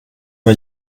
mir